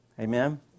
Amen